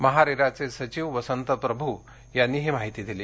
महारेराचे सचिव वसंत प्रभू यांनी ही माहिती दिली